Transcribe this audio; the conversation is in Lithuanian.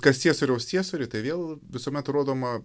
kas ciesoriaus ciesoriui tai vėl visuomet rodoma